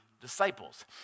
disciples